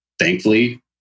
Thankfully